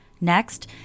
Next